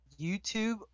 YouTube